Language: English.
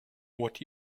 what